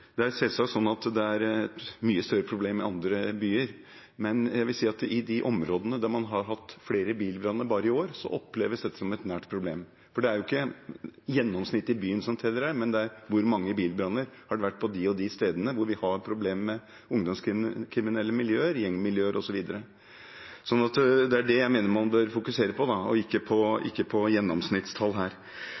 si at i de områdene der man har hatt flere bilbranner bare i år, oppleves dette som et nært problem, for det er jo ikke gjennomsnittet i byen som teller her, men det er hvor mange bilbranner det har vært på de og de stedene hvor vi har problemer med ungdomskriminelle miljøer, gjengmiljøer osv. Så det er det jeg mener man bør fokusere på, og ikke på